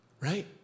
right